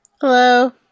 Hello